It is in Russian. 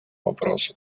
вопросу